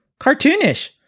cartoonish